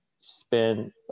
spend